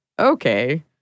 Okay